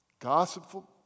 gossipful